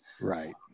Right